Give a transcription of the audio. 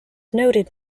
noted